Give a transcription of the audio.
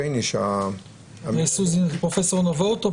בייניש -- פרופ' סוזי נבות.